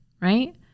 right